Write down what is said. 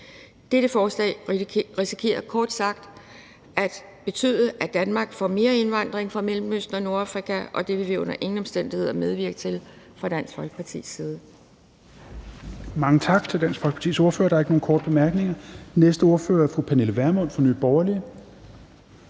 Dette forslag risikerer kort sagt at betyde, at Danmark får mere indvandring fra Mellemøsten og Nordafrika, og det vil vi under ingen omstændigheder medvirke til fra Dansk Folkepartis side.